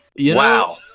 wow